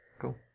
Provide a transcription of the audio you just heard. cool